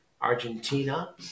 Argentina